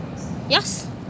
yours